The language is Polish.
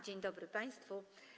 Dzień dobry państwu.